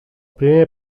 primer